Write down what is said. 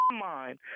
mind